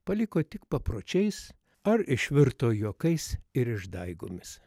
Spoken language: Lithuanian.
paliko tik papročiais ar išvirto juokais ir išdaigomis